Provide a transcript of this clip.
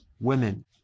women